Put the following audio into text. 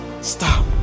stop